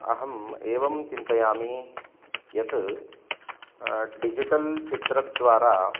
अहम् एवं चिन्तयामि यत् डिजिटल् चित्रद्वारा